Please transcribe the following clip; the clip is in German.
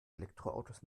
elektroautos